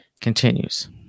continues